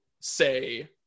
say